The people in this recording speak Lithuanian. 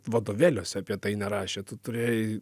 vadovėliuose apie tai nerašė tu turėjai